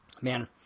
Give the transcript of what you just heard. Man